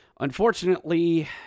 Unfortunately